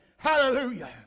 Hallelujah